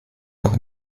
doch